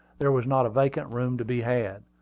there was not a vacant room to be had.